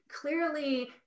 clearly